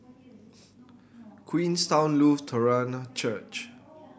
Queenstown Lutheran Church